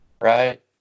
right